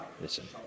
Listen